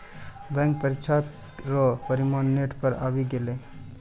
bank परीक्षा रो परिणाम नेट पर आवी गेलै